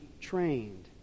trained